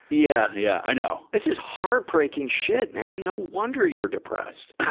yeah, yeah, i know. this is heartbreaking shit, man! no wonder you're depressed.